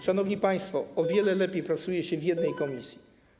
Szanowni państwo, o wiele lepiej pracuje się w jednej komisji.